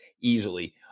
easily